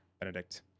Benedict